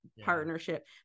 partnership